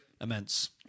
Immense